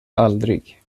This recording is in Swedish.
aldrig